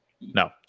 no